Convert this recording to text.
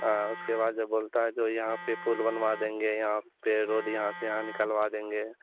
हाँ उसके बाद जब बोलता है जो यहाँ पर पुल बनवा देंगे यहाँ पर रोड यहाँ से यहाँ निकलवा देंगे